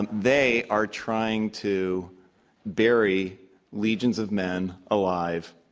and they are trying to bury legions of men alive,